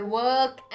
work